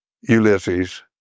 Ulysses